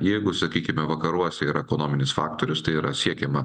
jeigu sakykime vakaruose yra ekonominis faktorius tai yra siekiama